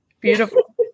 beautiful